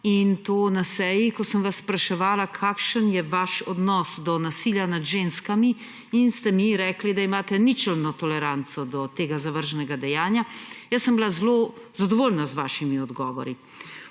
in to na seji, ko sem vas spraševala, kakšen je vaš odnos do nasilja nad ženskami. Rekli ste mi, da imate ničelno toleranco do tega zavržnega dejanja. Jaz sem bila zelo zadovoljna z vašimi odgovori.